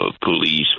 police